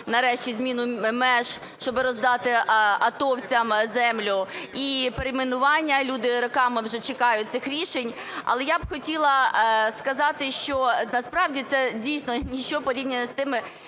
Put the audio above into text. нарешті зміну меж, щоб роздати атовцям землю і перейменування. Люди роками вже чекають цих рішень. Але я б хотіла сказати, що насправді це дійсно ніщо порівняно з тим,